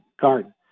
Garden